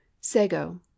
Sago